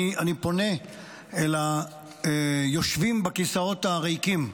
אני פונה אל היושבים בכיסאות הריקים: